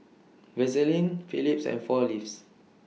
Vaseline Phillips and four Leaves